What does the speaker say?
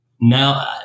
now